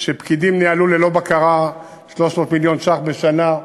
שבה פקידים ניהלו ללא בקרה 300 מיליון ש"ח בשנה,